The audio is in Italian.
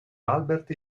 albert